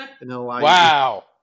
Wow